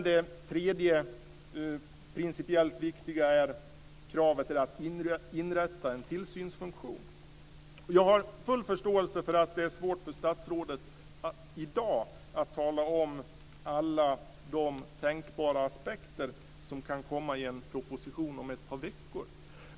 Det tredje principiellt viktiga förslaget är ett krav på att inrätta en tillsynsfunktion. Jag har full förståelse för att det är svårt för statsrådet att i dag tala om alla de tänkbara aspekter som kan komma i en proposition om ett par veckor.